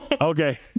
okay